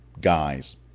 guys